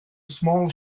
small